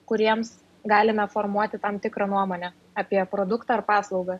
kuriems galime formuoti tam tikrą nuomonę apie produktą ar paslaugą